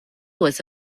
was